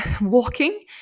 walking